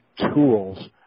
tools